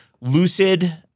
Lucid